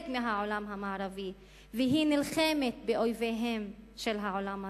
מהעולם המערבי והיא נלחמת באויבים של העולם הזה,